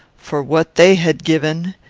for what they had given,